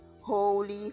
holy